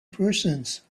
persons